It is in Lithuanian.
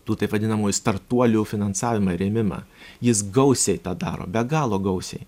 tų taip vadinamųjų startuolių finansavimą ir rėmimą jis gausiai tą daro be galo gausiai